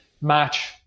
match